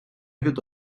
від